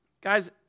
Guys